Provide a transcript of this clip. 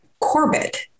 Corbett